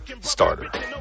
starter